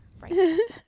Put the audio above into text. Right